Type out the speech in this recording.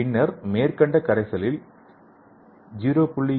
பின்னர் மேற்கண்ட கரைசலில் 0